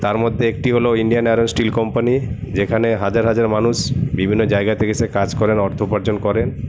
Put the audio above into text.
তার মধ্যে একটি হল ইন্ডিয়ান অ্যারো স্টিল কম্পানি যেখানে হাজার হাজার মানুষ বিভিন্ন জায়গা থেকে এসে কাজ করেন অর্থ উপার্জন করেন